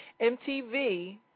MTV